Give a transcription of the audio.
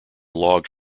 log